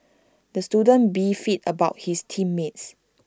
the student beefed about his team mates